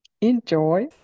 Enjoy